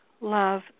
love